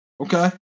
Okay